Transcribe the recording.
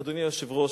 אדוני היושב-ראש,